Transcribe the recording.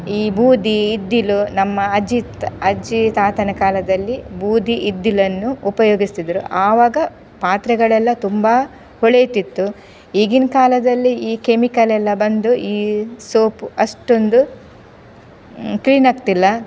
ಈ ಬೂದಿ ಇದ್ದಿಲು ನಮ್ಮ ಅಜ್ಜಿ ತ್ ಅಜ್ಜಿ ತಾತನ ಕಾಲದಲ್ಲಿ ಬೂದಿ ಇದ್ದಿಲನ್ನು ಉಪಯೋಗಿಸ್ತಿದ್ರು ಆವಾಗ ಪಾತ್ರೆಗಳೆಲ್ಲ ತುಂಬ ಹೊಳೆಯುತ್ತಿತ್ತು ಈಗಿನ ಕಾಲದಲ್ಲಿ ಈ ಕೆಮಿಕಲೆಲ್ಲ ಬಂದು ಈ ಸೋಪ್ ಅಷ್ಟೊಂದು ಕ್ಲೀನಾಗ್ತಿಲ್ಲ